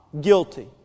guilty